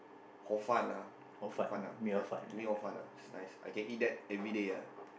hor-fun ah hor-fun ah ya you mean hor-fun ah is nice I can eat that everyday ah